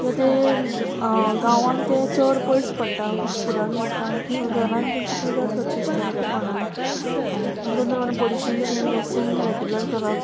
किद्या तें गांवान तें चड पयस पडटा हॉस्पिटलान येवपाक सो घरान तेंची कुयदाद करची आसता बरेंपणान दोन दोन पोल्युशन चेंज ड्रेसींग रेगुलर करप